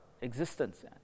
existence